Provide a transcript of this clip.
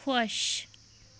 خۄش